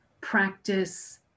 practice